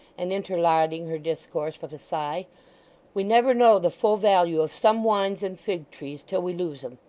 and interlarding her discourse with a sigh we never know the full value of some wines and fig-trees till we lose em.